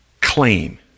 claim